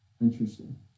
Interesting